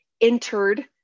entered